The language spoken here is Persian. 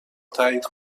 تایید